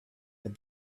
but